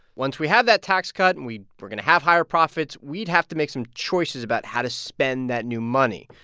once we have that tax cut, and we're going to have higher profits, we'd have to make some choices about how to spend that new money.